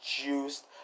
juiced